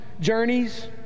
journeys